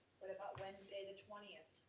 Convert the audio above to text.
what about wednesday the twentieth